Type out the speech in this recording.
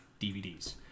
DVDs